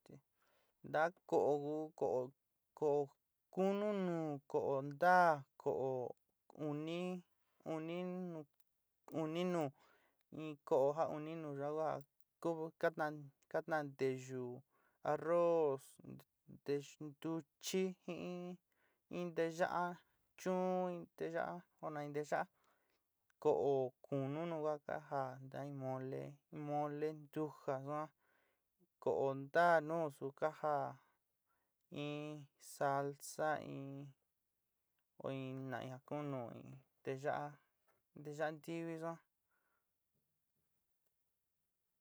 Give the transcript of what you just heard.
Ntaá ko'o ku ko'o ko'o kunu nuú. ko'o ntá, ko'o uni uni nu uni nuú, in ko'o ja uni nuú yuan kuja ku ka taán ka taán nteyú, arroz, nteyu ntuchí jin in nteyá'achuún in nteyaá oó na in nteyáa, ko'o kúnu nu ku ka já ntá in molé, mole ntuja yuan, ko'o ntá nu su ka jaá in salsa in kuiína in ja kuún nu in nteyá, nteyá ntivi yuan.